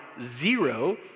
zero